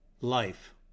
life